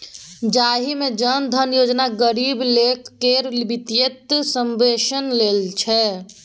जाहि मे जन धन योजना गरीब लोक केर बित्तीय समाबेशन लेल छै